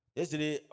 Yesterday